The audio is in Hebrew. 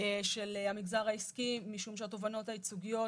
של המגזר העסקי משום שהתובענות הייצוגיות